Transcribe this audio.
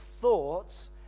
thoughts